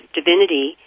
divinity